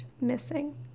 missing